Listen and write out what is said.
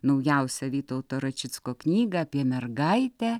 naujausią vytauto račicko knygą apie mergaitę